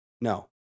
No